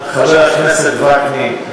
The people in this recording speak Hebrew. חבר הכנסת וקנין,